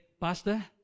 Pastor